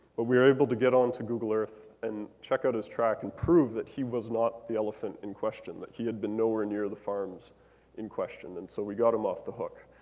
but we were able to get onto google earth and check out his track and prove that he was not the elephant in question, that he had been nowhere near the farms in question. and so we got him off the hook.